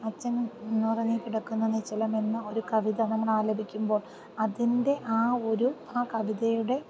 അച്ഛനുറങ്ങിക്കിടക്കുന്നു നിശ്ചലമെന്ന ഒരു കവിത നമ്മൾ ആലപിക്കുമ്പോൾ അതിൻ്റെ ആ ഒരു ആ കവിതയുടെ